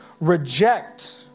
reject